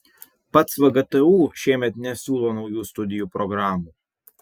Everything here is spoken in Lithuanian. pats vgtu šiemet nesiūlo naujų studijų programų